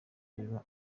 biba